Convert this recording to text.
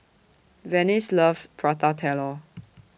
Venice loves Prata Telur